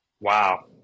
Wow